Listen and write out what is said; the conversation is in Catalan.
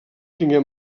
tingué